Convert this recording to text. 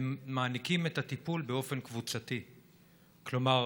הן מעניקות את הטיפול באופן קבוצתי, כלומר,